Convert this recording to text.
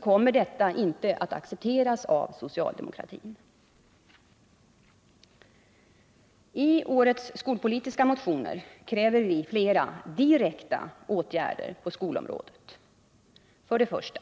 kommer detta inte att accepteras av socialdemokratin. I årets skolpolitiska motioner kräver vi flera direkta åtgärder på skolom 1.